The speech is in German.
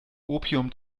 opium